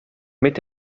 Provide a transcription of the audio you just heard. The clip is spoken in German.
mit